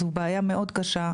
זו בעיה מאוד קשה.